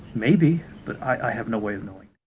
maybe, but i have no way of knowing